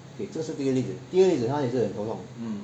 okay 这是第一个例子第二个例子他也是很头痛